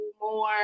more